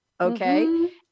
Okay